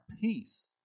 peace